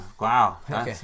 wow